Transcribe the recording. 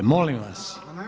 Molim vas!